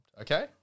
Okay